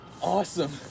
awesome